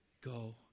go